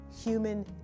human